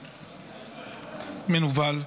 מנוול,